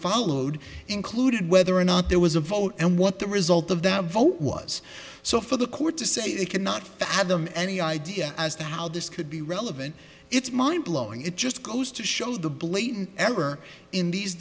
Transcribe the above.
followed included whether or not there was a vote and what the result of that vote was so for the court to say it could not fathom any idea as to how this could be relevant it's mind blowing it just goes to show the blatant ever in these